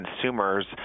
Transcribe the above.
consumers